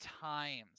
times